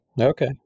Okay